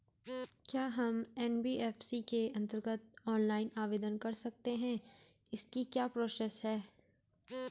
क्या हम एन.बी.एफ.सी के अन्तर्गत ऑनलाइन आवेदन कर सकते हैं इसकी क्या प्रोसेस है?